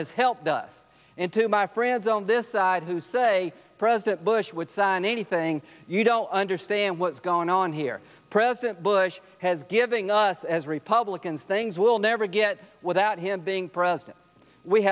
has helped us into my friends on this side who say president bush would sign anything you don't understand what's going on here president bush has giving us as republicans things we'll never get without him being